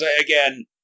again